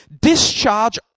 Discharge